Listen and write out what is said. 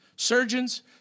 Surgeons